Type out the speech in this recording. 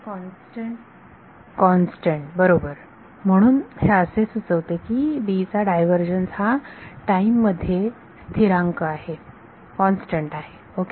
विद्यार्थी constant constant बरोबर म्हणून हे असे सुचवते की D चा डायव्हर्जन्स हा टाईम मध्ये स्थिरांक आहे ओके